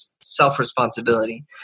self-responsibility